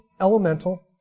elemental